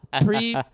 pre